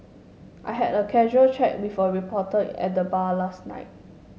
I had a casual chat with a reporter at the bar last night